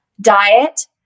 diet